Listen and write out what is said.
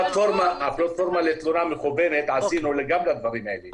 פלטפורמה מקוונת עשינו גם לדברים האלה.